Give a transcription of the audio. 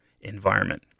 environment